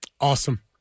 Awesome